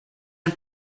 and